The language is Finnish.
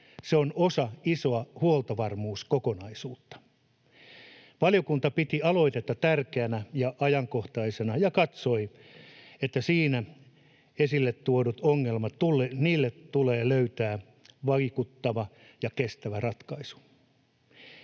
Se on osa isoa huoltovarmuuskokonaisuutta. Valiokunta piti aloitetta tärkeänä ja ajankohtaisena ja katsoi, että siinä esille tuoduille ongelmille tulee löytää vaikuttava ja kestävä ratkaisu.